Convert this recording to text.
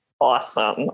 awesome